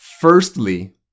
firstly